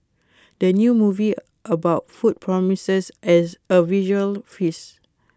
the new movie about food promises as A visual feast